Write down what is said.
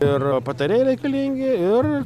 ir patarėjai reikalingi ir